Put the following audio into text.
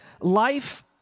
life